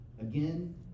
Again